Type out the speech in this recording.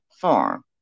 farm